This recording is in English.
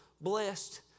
blessed